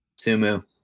Sumu